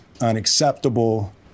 unacceptable